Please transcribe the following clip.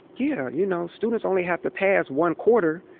yeah, you know, students only have to pass one quarter,